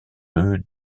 leu